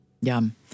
Yum